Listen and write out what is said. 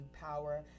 power